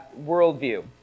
worldview